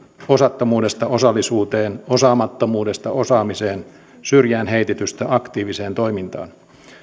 osattomuudesta osallisuuteen osaamattomuudesta osaamiseen syrjään heitetystä aktiiviseen toimintaan